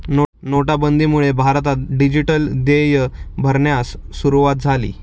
नोटाबंदीमुळे भारतात डिजिटल देय भरण्यास सुरूवात झाली